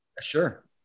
Sure